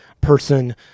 person